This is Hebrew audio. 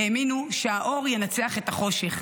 האמינו שהאור ינצח את החושך.